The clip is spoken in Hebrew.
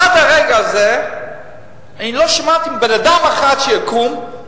עד הרגע הזה אני לא שמעתי מבן-אדם אחד שיקום,